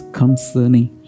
concerning